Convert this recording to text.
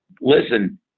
listen